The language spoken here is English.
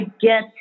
get